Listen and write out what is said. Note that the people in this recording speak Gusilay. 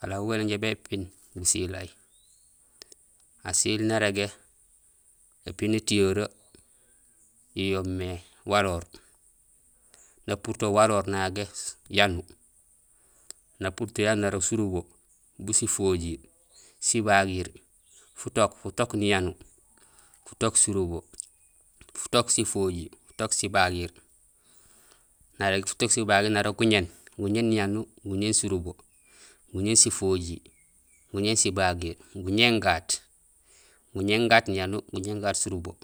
Alaal bugé néjoow bépiin gusilay; asiil narégé épiin étiyoree yo yoomé: waroor, naputo waroor nagé yanuur, naputo yanuur nagé surubo, bu sifojiir, sibagiir, futook, futook niyanuur, futook surubo, futook sifojiir, futook sibagiir, guñéén, guñéén niyanuur, guñéén surubo, guñéén sifojiir, guñéén sibagiir, guñéén gaat, guñéén gaat niyanuur, guñéén gaat surubo,